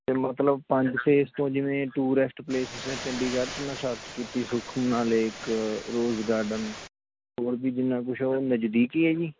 ਅਤੇ ਮਤਲਬ ਪੰਜ ਫ਼ੇਸ 'ਚੋਂ ਜਿਵੇਂ ਟੂਰੈਸਟ ਪਲੇਸਿਸ ਹੈ ਚੰਡੀਗੜ੍ਹ 'ਚ ਮੈਂ ਸਰਚ ਕੀਤੀ ਸੁਖਨਾ ਲੇਕ ਰੋਜ਼ ਗਾਰਡਨ ਹੋਰ ਵੀ ਜਿੰਨਾ ਕੁਛ ਉਹ ਨਜ਼ਦੀਕ ਹੀ ਹੈ ਜੀ